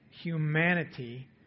humanity